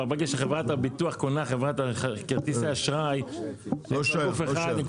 אבל ברגע שחברת הביטוח קונה חברת כרטיסי אשראי היא כבר גוף אחד.